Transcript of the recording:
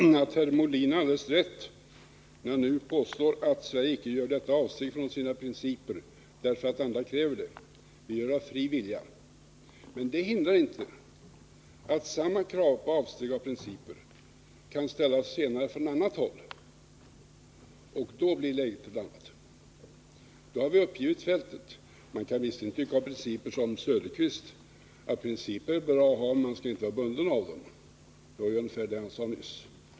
Herr talman! Herr Molin har alldeles rätt när han nu påstår att Sverige icke gör detta avsteg från sina principer därför att andra kräver det. Vi gör det av fri vilja. Men det hindrar inte att samma krav på avsteg från principer kan ställas senare från annat håll, och då blir läget ett annat. Då har vi givit upp Man kan visserligen tycka som Oswald Söderqvist om principer: de är bra att ha men man skall inte vara bunden av dem — det var ungefär vad han sade nyss.